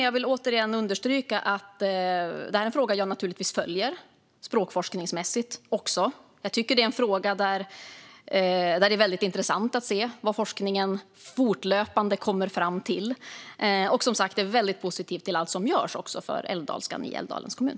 Jag vill återigen understryka att det är en fråga som jag naturligtvis följer, också språkforskningsmässigt. Jag tycker att det är en fråga där det är intressant att se vad forskningen fortlöpande kommer fram till. Och jag är som sagt väldigt positiv till allt som görs för älvdalskan i Älvdalens kommun.